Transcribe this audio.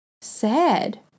Sad